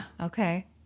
Okay